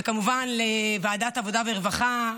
וכמובן לוועדת העבודה והרווחה,